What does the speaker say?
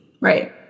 Right